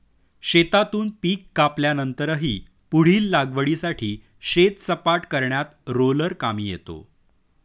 शेतातून पीक कापल्यानंतरही पुढील लागवडीसाठी शेत सपाट करण्यात रोलर कामी येतो